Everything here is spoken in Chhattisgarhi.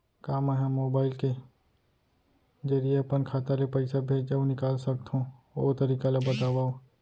का मै ह मोबाइल के जरिए अपन खाता ले पइसा भेज अऊ निकाल सकथों, ओ तरीका ला बतावव?